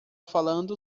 falando